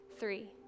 Three